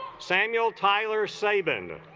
samuel tyler saban